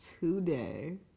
today